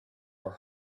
were